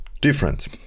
different